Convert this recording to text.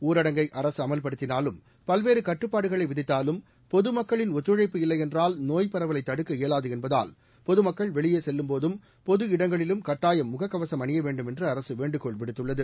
ஊரடங்கை அரசுஅமல்படுத்தினாலும் பல்வேறுகட்டுப்பாடுகளைவிதித்தாலும் பொதுமக்களின் ஒத்துழைப்பு இல்லையென்றால் நோய்ப் பரவலைதடுக்க இயலாதுஎன்பதால் பொதுமக்கள் வெளியேசெல்லும்போதும் பொது இடங்களிலும் கட்டாயம் முகக்கவசம் அணியவேண்டும் என்றுஅரசுவேண்டுகோள் விடுத்துள்ளது